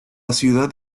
ciudad